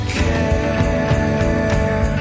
care